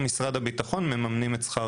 או משרד הביטחון מממנים להם את שכר הלימוד שלהם.